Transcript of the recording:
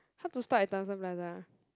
how to stop at Thomson Plaza